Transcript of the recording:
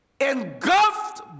Engulfed